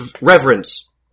reverence